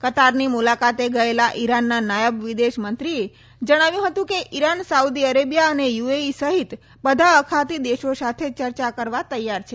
કતારની મુલાકાતે ગયેલા ઈરાનના નાયબ વિદેશ મંત્રીએ જણાવ્યું હતું કે ઈરાન સાઉદી અરેબિયા અને યુએઈ સહિત બધા અખાતી દેશો સાથે ચર્ચા કરવા તૈયાર છે